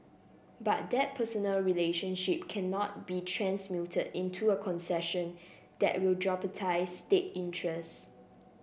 but that personal relationship cannot be transmuted into a concession that will jeopardise state interests